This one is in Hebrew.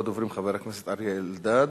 ראשון הדוברים, חבר הכנסת אריה אלדד,